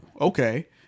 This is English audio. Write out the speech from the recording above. okay